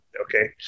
okay